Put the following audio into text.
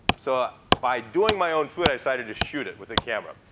so by doing my own food, i decided to shoot it with a camera.